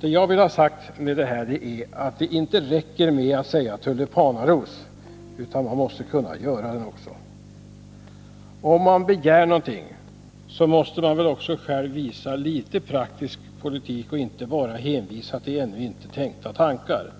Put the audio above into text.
Det jag vill ha sagt med detta är att det inte räcker med att säga tulipanaros — man måste kunna göra det också. Om man begär någonting, så måste man väl också själv redovisa litet praktisk politik och inte bara hänvisa till ännu inte tänkta tankar.